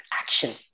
action